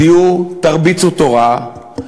תרביצו תורה,